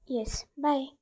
yes bye